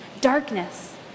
Darkness